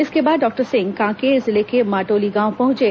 इसके बाद डॉक्टर सिंह कांकेर जिले के माटोली गांव पहुंचे